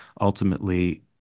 ultimately